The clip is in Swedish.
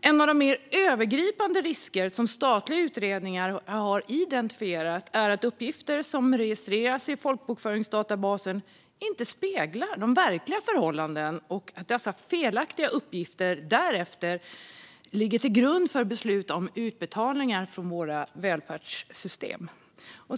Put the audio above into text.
En av de mer övergripande risker som statliga utredningar har identifierat är att uppgifter som registreras i folkbokföringsdatabasen inte speglar verkliga förhållanden och att dessa felaktiga uppgifter därefter ligger till grund för beslut om utbetalningar från våra välfärdssystem.